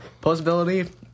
possibility